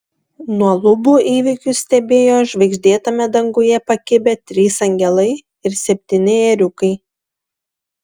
nuo lubų įvykius stebėjo žvaigždėtame danguje pakibę trys angelai ir septyni ėriukai